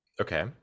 Okay